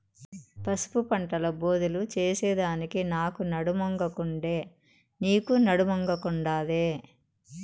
పసుపు పంటల బోదెలు చేసెదానికి నాకు నడుమొంగకుండే, నీకూ నడుమొంగకుండాదే